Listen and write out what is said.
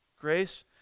grace